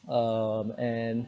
um and